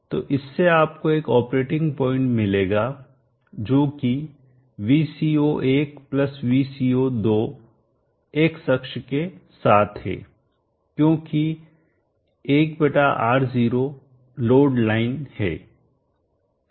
तो इससे आपको एक ऑपरेटिंग पॉइंट मिलेगा जो कि VOC1VOC2 x अक्ष के साथ है क्योंकि 1 R0 लोड लाइन है